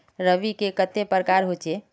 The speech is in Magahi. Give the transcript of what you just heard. रवि के कते प्रकार होचे?